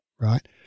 right